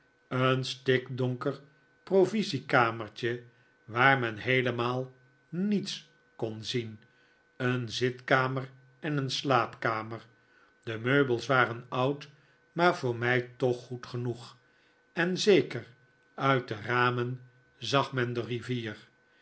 een stikdonker provisiekamertje waar men heelemaal niets kon zien een zitkamer en een slaapkamer de meubels waren oud maar voor mij toch goed genoeg en zeker uit de ramen zag men de rivier